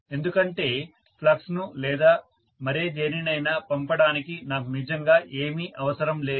ఎందుకంటే ఫ్లక్స్ను లేదా మరే దేనినైనా పంపడానికి నాకు నిజంగా ఏమీ అవసరం లేదు